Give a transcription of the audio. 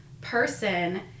person